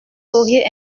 auriez